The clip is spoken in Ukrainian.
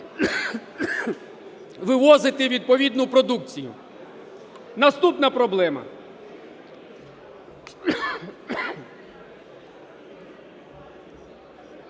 вивозити відповідну продукцію? Наступна проблема,